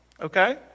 Okay